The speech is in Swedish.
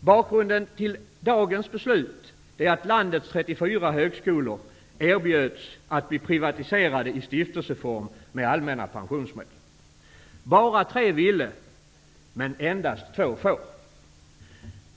Bakgrunden till dagens beslut är att landets 34 högskolor erbjöds att bli privatiserade i stiftelseform med allmänna pensionsmedel. Bara tre ville, och endast två får bli det.